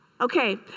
Okay